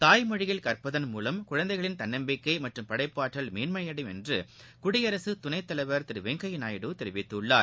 தாய்மொழியில் கற்பிப்பதள் மூலம் குழந்தைகளின் தன்னம்பிக்கை மற்றம் படைப்பாற்றல் மேன்மையடையும் என்று குடியரசு துணைத் தலைவர் திரு வெங்கையா நாயுடு தெரிவித்துள்ளார்